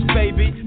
baby